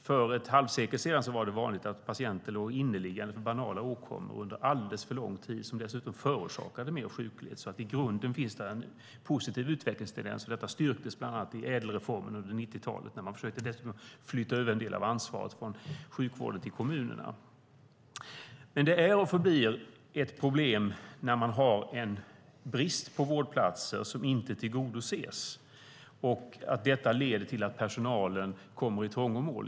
För ett halvsekel sedan var det vanligt att patienter låg inneliggande för banala åkommor under alldeles för lång tid. Det förorsakade dessutom mer sjuklighet. I grunden finns det en positiv utvecklingstendens. Detta styrktes bland annat i ädelreformen under 90-talet. Då försökte man dessutom flytta över en del av ansvaret från sjukvården till kommunerna. Det är och förblir ett problem när man har en brist på vårdplatser som inte åtgärdas. Detta leder till att personalen kommer i trångmål.